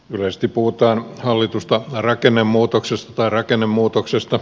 yleisesti puhutaan hallitusta rakennemuutoksesta tai rakennemuutoksesta